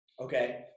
Okay